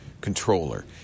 Controller